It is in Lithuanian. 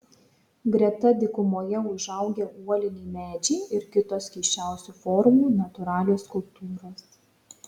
greta dykumoje užaugę uoliniai medžiai ir kitos keisčiausių formų natūralios skulptūros